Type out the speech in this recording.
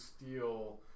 steal